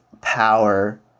power